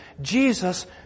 Jesus